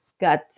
got